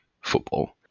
football